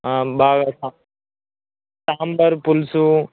బాగా సా సాంబార్ పులుసు